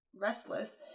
restless